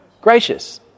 Gracious